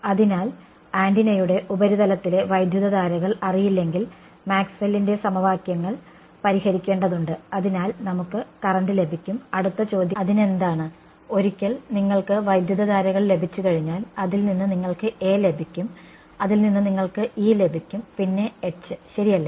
അതിനാൽ ആന്റിനയുടെ ഉപരിതലത്തിലെ വൈദ്യുതധാരകൾ അറിയില്ലെങ്കിൽ മാക്സ്വെല്ലിന്റെ സമവാക്യങ്ങൾ Maxewell's equations പരിഹരിക്കേണ്ടതുണ്ട് അതിനാൽ നമുക്ക് കറന്റ് ലഭിക്കും അടുത്ത ചോദ്യം അതിനെന്താണ് ഒരിക്കൽ നിങ്ങൾക്ക് വൈദ്യുതധാരകൾ ലഭിച്ചുകഴിഞ്ഞാൽ അതിൽനിന്ന് നിങ്ങൾക്ക് ലഭിക്കും അതിൽനിന്ന് നിങ്ങൾക്ക് ലഭിക്കും പിന്നെ ശരിയല്ലേ